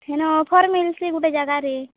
ହେନ ଅଫର୍ ମିଲ୍ସି ଗୁଟେ ଜାଗାରେ